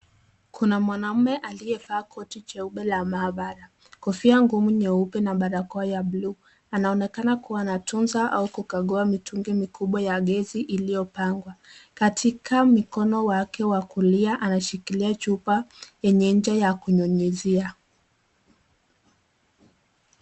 Kuna mwanaume aliyevaa koti jeupe la maabara kofia ngumu nyeupe na barakoa ya buluu anaonekana kua anatunza au anagagua mitungi mikubwa ya gesi iliyopangwa katika mkono wake wakulia ameshikilia chupa ya njia kunyunyizia.